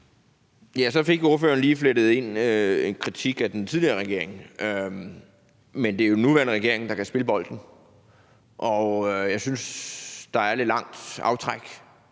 (V): Så fik ordføreren lige flettet en kritik af den tidligere regering ind, men det er jo den nuværende regering, der kan spille bolden. Jeg synes, der er et lidt langt aftræk